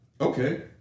Okay